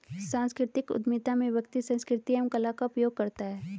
सांस्कृतिक उधमिता में व्यक्ति संस्कृति एवं कला का उपयोग करता है